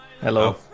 Hello